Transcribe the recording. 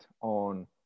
on